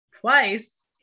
twice